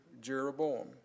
Jeroboam